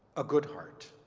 a good heart.